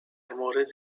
مورد